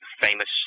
famous